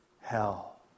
hell